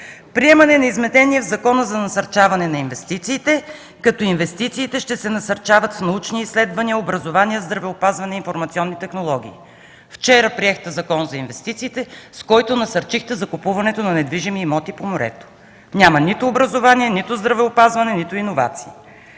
„Приемане на изменение в Закона за насърчаване на инвестициите, като инвестициите ще се насърчават с научни изследвания, образование, здравеопазване, информационни технологии”. Вчера приехте Закон за инвестициите, с който насърчихте закупуването на недвижими имоти по морето. Няма нито образование, нито здравеопазване, нито иновации.